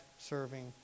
serving